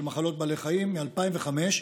מחלות בעלי חיים) מ-2005,